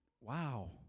wow